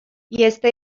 este